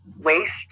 waste